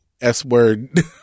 s-word